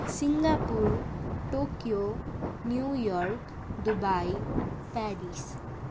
Singapore Tokyo New York Dubai Paris